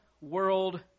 world